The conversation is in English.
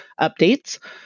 updates